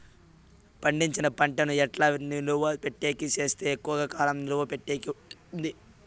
పండించిన పంట ను ఎట్లా నిలువ పెట్టేకి సేస్తే ఎక్కువగా కాలం నిలువ పెట్టేకి ఉంటుంది?